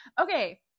Okay